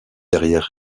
derrière